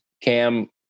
cam